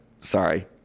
sorry